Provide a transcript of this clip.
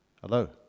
Hello